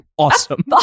Awesome